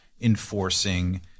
enforcing